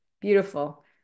beautiful